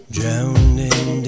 Drowning